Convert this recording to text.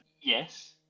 Yes